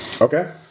Okay